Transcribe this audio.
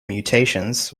mutations